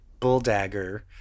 bulldagger